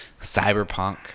cyberpunk